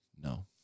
no